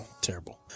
Terrible